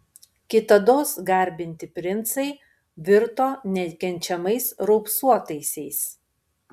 kitados garbinti princai virto nekenčiamais raupsuotaisiais